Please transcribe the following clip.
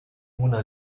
mona